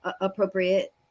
appropriate